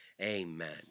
Amen